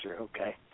Okay